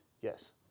Yes